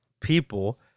people